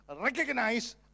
recognize